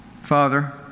Father